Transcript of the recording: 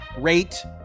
rate